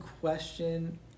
question